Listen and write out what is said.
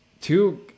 two